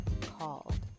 called